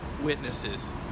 witnesses